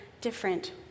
different